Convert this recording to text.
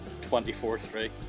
24-3